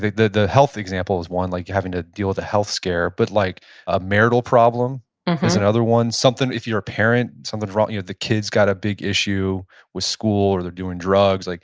the the health example is one, like having to deal with a health scare. but like a marital problem is another one. something, if you're a parent, something's wrong. the kid's got a big issue with school or they're doing drugs. like